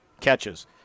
catches